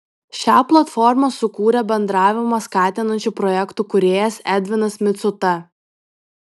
šią platformą sukūrė bendravimą skatinančių projektų kūrėjas edvinas micuta